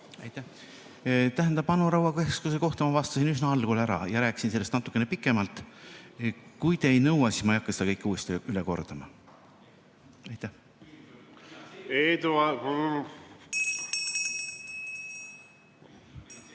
Tähendab, Anu Raua keskuse kohta ma vastasin üsna algul ära ja rääkisin sellest natukene pikemalt. Kui te ei nõua, siis ma ei hakka seda kõike uuesti üle kordama. Tähendab,